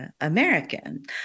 American